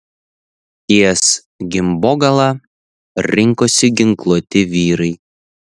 ties gimbogala rinkosi ginkluoti vyrai